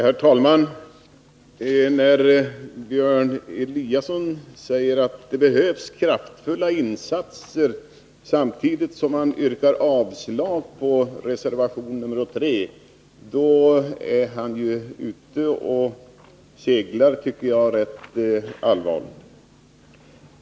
Herr talman! När Björn Eliasson säger att det behövs kraftfulla insatser, samtidigt som han yrkar avslag på reservation nr 3, då är han ute och seglar rätt allvarligt, tycker jag.